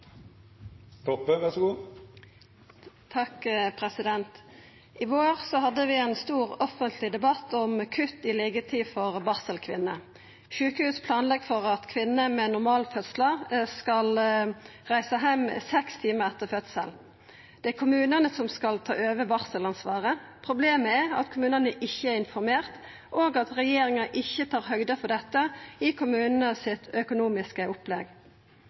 I vår hadde vi ein stor offentleg debatt om kutt i liggjetida for barselkvinner. Sjukehus planlegg for at kvinner med normal fødsel skal reisa heim seks timar etter fødselen. Det er kommunane som skal ta over barselansvaret. Problemet er at kommunane ikkje er informerte, og at regjeringa ikkje tar høgd for dette i det økonomiske opplegget for kommunane.